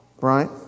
Right